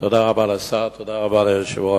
תודה רבה לשר, תודה רבה ליושב-ראש.